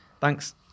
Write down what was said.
Thanks